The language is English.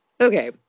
Okay